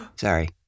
Sorry